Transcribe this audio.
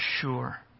sure